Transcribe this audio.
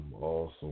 awesome